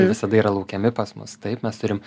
visada yra laukiami pas mus taip mes turim